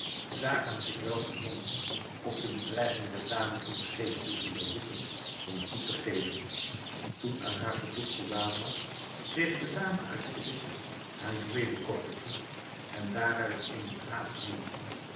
zagen zich wel gedwongen op de bedreiging der dame van den geest te zullen roepen om toe te geven toen aan haar verzoek voldaan was kreeg de dame uit de kist haar juweelkoffertje en daaruit eenen draad nemende